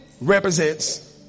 represents